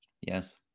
Yes